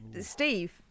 Steve